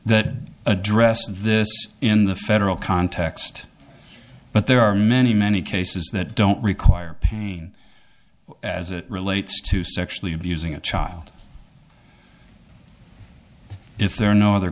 that addressed this in the federal context but there are many many cases that don't require pain as it relates to sexually abusing a child if there are no other